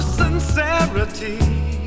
sincerity